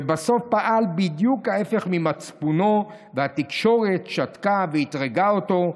ובסוף פעל בדיוק ההפך ממצפונו והתקשורת שתקה ואתרגה אותו,